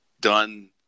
done